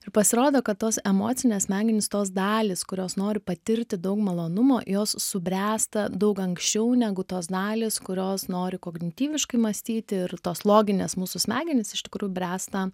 ir pasirodo kad tos emocinės smegenys tos dalys kurios nori patirti daug malonumo jos subręsta daug anksčiau negu tos dalys kurios nori kognityviškai mąstyti ir tos loginės mūsų smegenys iš tikrųjų bręsta